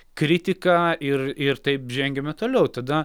kritika ir ir taip žengiame toliau tada